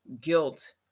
guilt